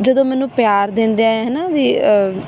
ਜਦੋਂ ਮੈਨੂੰ ਪਿਆਰ ਦਿੰਦੇ ਹੈ ਹੈ ਨਾ ਵੀ